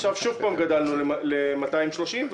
עכשיו שוב גדלנו ל-230 מיליון שקל.